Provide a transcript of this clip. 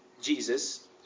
Jesus